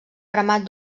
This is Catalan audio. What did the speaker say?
remat